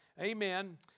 amen